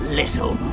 little